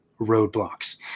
roadblocks